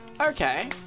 Okay